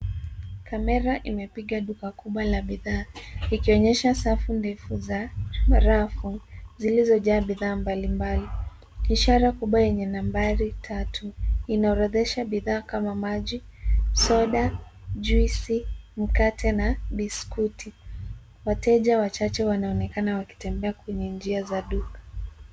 Kamera imepiga duka kubwa la bidhaa ikionyesha safu ndefu za rafu zilizojaa bidhaa mbalimbali. Ishara kubwa yenye nambari tatu inaorodhesha bidhaa kama maji, soda, juisi, mkate na biskuti. Wateja wachache wanaonekana wakitembea kwenye njia za duka.